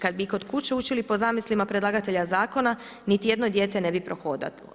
Kad bi i kod kuće učili po zamislima predlagatelja zakona, niti jedno dijete ne bi prohodalo.